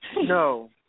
No